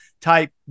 type